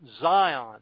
Zion